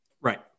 Right